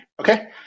Okay